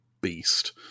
beast